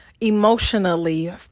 emotionally